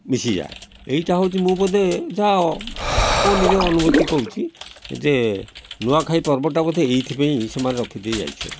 ମିଶିଯାଏ ଏଇଟା ହେଉଛି ମୁଁ ବୋଧେ ଯାହା ମୋ ନିଜେ ଅନୁଭୂତି କହୁଛି ଯେ ନୂଆଁଖାଇ ପର୍ବଟା ବୋଧେ ଏଇଥିପାଇଁ ସେମାନେ ରଖିଦେଇ ଯାଇଛନ୍ତି